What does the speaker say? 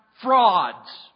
frauds